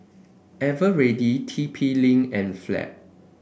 eveready T P Link and Fab